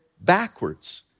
backwards